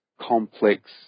complex